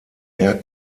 air